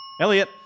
Elliot